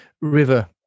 River